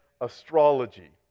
astrology